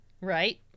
Right